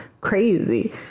crazy